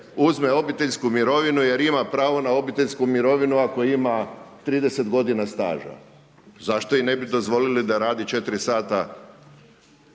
uzme obiteljsku mirovinu jer ima pravo na obiteljsku mirovinu ako ima 30 g. staža. Zašto joj ne bi dozvolili da radi do 4 sata